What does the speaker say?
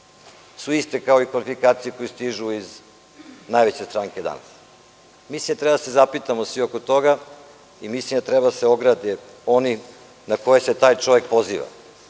su iste kao i kvalifikacije koje stižu iz najveće stranke danas. Mislim da treba da se zapitamo oko toga i mislim da treba da se ograde oni na koje se taj čovek poziva,